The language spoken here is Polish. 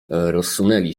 rozsunęli